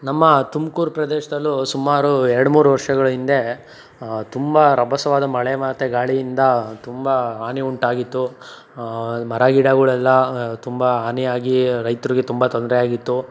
ನಮ್ಮ ತುಮಕೂರ್ ಪ್ರದೇಶದಲ್ಲೂ ಸುಮಾರು ಎರಡು ಮೂರು ವರ್ಷಗಳ ಹಿಂದೆ ತುಂಬ ರಭಸವಾದ ಮಳೆ ಮತ್ತು ಗಾಳಿಯಿಂದ ತುಂಬ ಹಾನಿ ಉಂಟಾಗಿತ್ತು ಮರಗಿಡಗಳೆಲ್ಲ ತುಂಬ ಹಾನಿಯಾಗಿ ರೈತರಿಗೆ ತುಂಬ ತೊಂದರೆಯಾಗಿತ್ತು